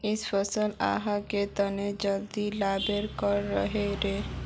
इ फसल आहाँ के तने जल्दी लागबे के रहे रे?